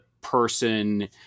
person